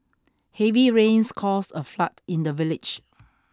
heavy rains caused a flood in the village